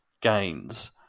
gains